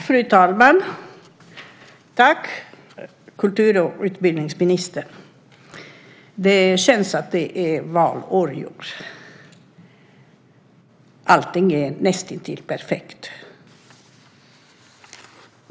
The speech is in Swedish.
Fru talman! Tack, kultur och utbildningsministern! Det känns att det är valår i år. Allting är näst intill perfekt.